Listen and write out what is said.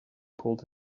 pulled